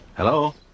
Hello